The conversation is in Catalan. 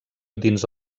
dins